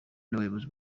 n’abayobozi